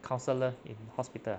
counsellor in hospital ah